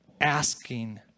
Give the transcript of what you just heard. asking